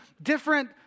Different